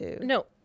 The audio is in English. No